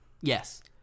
Yes